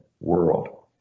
world